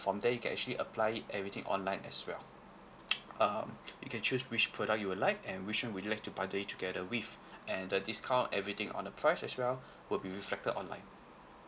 from there you can actually apply it everything online as well uh you can choose which product you would like and which one would you like to bundle it together with and the discount everything on the price as well would be reflected online